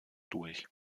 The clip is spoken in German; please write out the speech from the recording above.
durch